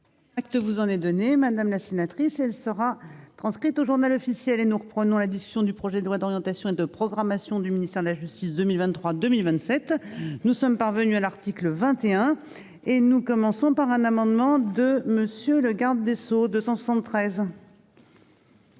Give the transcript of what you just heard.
Ah que vous en ai donné, madame la sénatrice, elle sera transcrite au Journal officiel et nous reprenons la discussion du projet de loi d'orientation et de programmation du ministère de la Justice, 2023 2027. Nous sommes parvenus à l'article 21. Et nous commençons par un amendement de monsieur le garde des Sceaux 273.